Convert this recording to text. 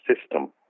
system